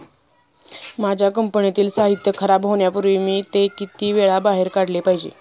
माझ्या कंपनीतील साहित्य खराब होण्यापूर्वी मी ते किती वेळा बाहेर काढले पाहिजे?